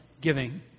giving